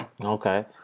Okay